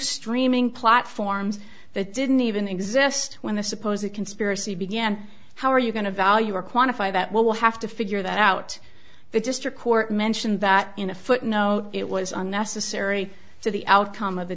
streaming platforms that didn't even exist when the suppose a conspiracy began how are you going to value a quantify that will have to figure that out the district court mentioned that in a footnote it was unnecessary to the outcome of the